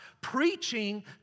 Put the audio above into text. Preaching